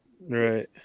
right